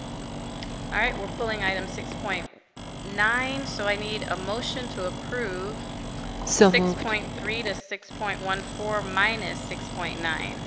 no all right we're pulling item six point nine so i need a motion to approve so six point three to six point one four minus six point nine